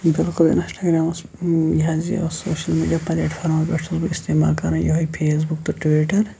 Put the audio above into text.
بلکل اِنَسٹاگرٛامَس یہِ حظ یہِ سوشَل میٖڈیا پَلیٹفارمہٕ پٮ۪ٹھ چھُس بہٕ استعمال کَران یِہٕے فیسبُک تہٕ ٹُوِٹَر